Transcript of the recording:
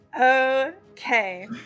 Okay